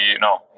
no